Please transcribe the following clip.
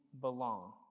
belong